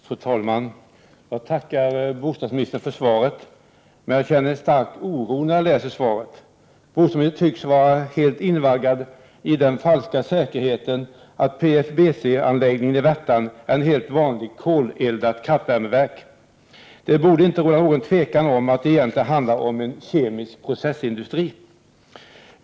Fru talman! Jag tackar bostadsministern för svaret, men jag känner en stark oro när jag läser det. Bostadsministern tycks vara helt invaggad i den falska säkerheten att PFBC-anläggningen i Värtan är ett helt vanligt koleldat kraftvärmeverk. Det borde inte råda något tvivel om att det egentligen handlar om en kemisk processindustri.